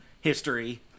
history